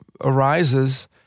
arises